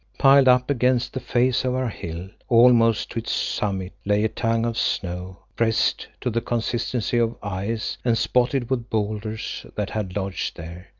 piled up against the face of our hill, almost to its summit, lay a tongue of snow, pressed to the consistency of ice and spotted with boulders that had lodged there.